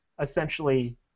essentially